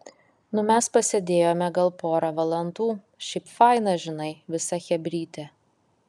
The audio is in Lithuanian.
nu mes pasėdėjome gal pora valandų šiaip faina žinai visa chebrytė